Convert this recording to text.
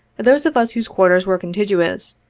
those of us whose quarters were contiguous,